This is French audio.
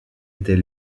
était